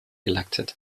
elected